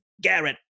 Garrett